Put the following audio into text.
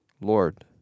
Lord